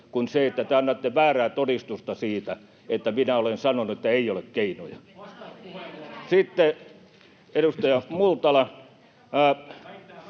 kuin se, että te annatte väärää todistusta siitä, että minä olen sanonut, että ei ole keinoja. [Mauri Peltokangas